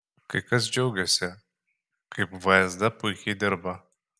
kai kas džiaugėsi kaip vsd puikiai dirba